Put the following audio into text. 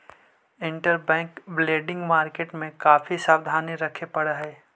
interbank lending market में काफी सावधानी रखे पड़ऽ हई